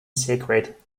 secret